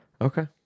Okay